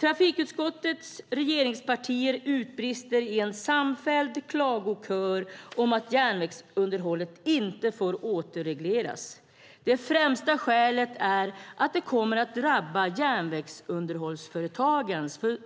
Trafikutskottets regeringspartier utbrister i en samfälld klagokör att järnvägsunderhållet inte får återregleras. Det främsta skälet är att det kommer att drabba de järnvägsunderhållsföretag